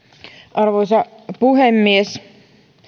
arvoisa puhemies